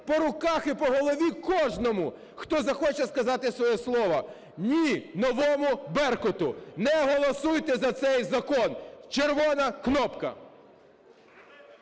по руках і по голові кожному, хто захоче сказати своє слово. Ні новому "Беркуту"! Не голосуйте за цей закон. Червона кнопка.